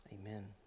Amen